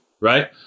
right